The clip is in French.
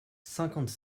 cinquante